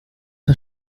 mal